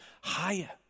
higher